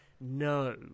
No